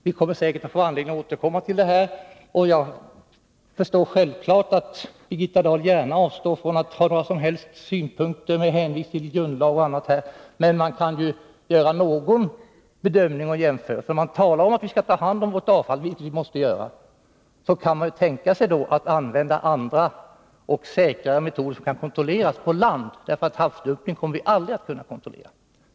Vi kommer säkert att få anledning att återkomma till det här. Jag förstår naturligtvis att Birgitta Dahl med hänvisning till grundlag och annat gärna avstår från att ha några som helst synpunkter. Men man kan ju göra någon bedömning och jämförelse. När man talar om att vi skall ta hand om vårt avfall, vilket vi måste göra, borde man ju kunna tänka sig att använda andra och säkrare metoder, som kan kontrolleras på land. Havsdumpning kommer man aldrig att kunna kontrollera.